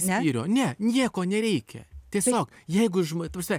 spyrio ne nieko nereikia tiesiog jeigu žm ta prasme